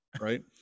Right